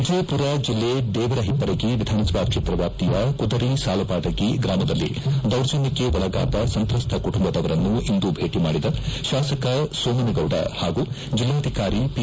ವಿಜಯಪುರ ಜಿಲ್ಲೆ ದೇವರಹಿಪ್ಪರಗಿ ವಿಧಾನಸಭಾ ಕ್ಷೇತ್ರ ವ್ಯಾಪ್ತಿಯ ಕುದರಿ ಸಾಲವಾಡಗಿ ಗ್ರಾಮದಲ್ಲಿ ದೌರ್ಜನ್ಟಕ್ಕೆ ಒಳಗಾದ ಸಂತ್ರಸ್ತ ಕುಟುಂಬದವರನ್ನು ಇಂದು ಭೇಟಿ ಮಾಡಿದ ಶಾಸಕ ಸೋಮನಗೌಡ ಹಾಗೂ ಜೆಲ್ಲಾಧಿಕಾರಿ ಪಿ